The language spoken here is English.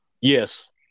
yes